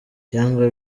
cyangwa